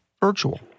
virtual